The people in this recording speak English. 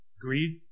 greed